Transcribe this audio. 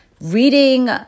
Reading